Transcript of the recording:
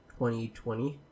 2020